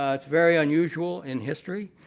ah it's very unusual in history.